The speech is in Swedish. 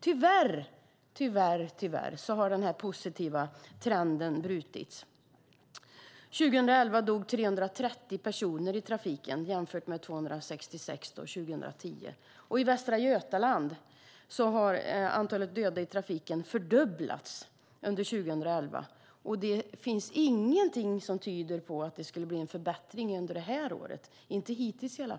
Tyvärr har den positiva trenden brutits. År 2011 dog 330 personer i trafiken jämfört med 266 år 2010. I Västra Götaland har antalet döda i trafiken fördubblats under 2011. Det finns ingenting som tyder på att det skulle bli en förbättring under detta år, i varje fall inte hittills.